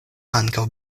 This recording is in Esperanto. ankaŭ